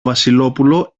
βασιλόπουλο